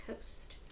Coast